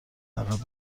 عقب